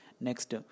Next